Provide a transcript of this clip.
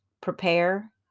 prepare